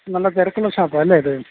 നല്ല തിരക്കുള്ള ഷാപ്പാണ് അല്ലേ അത്